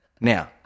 Now